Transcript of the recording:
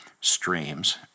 streams